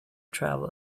travel